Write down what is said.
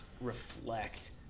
reflect